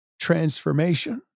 transformation